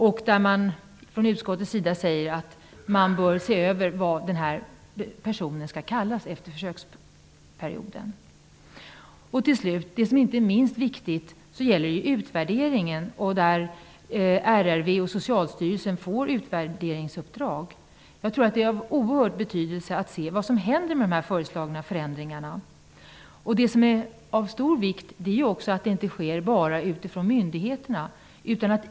I utskottet säger man att det efter försöksperioden bör ses över vad en sådan person skall kallas. Till slut en fråga som inte är minst viktig. RRV och Socialstyrelsen har fått ett utvärderingsuppdrag. Det är av oerhörd betydelse att se vad som händer med de här föreslagna förändringarna. Det är också av stor vikt att det inte bara görs utifrån myndigheterna.